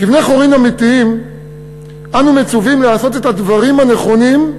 כבני-חורין אמיתיים אנו מצווים לעשות את הדברים הנכונים,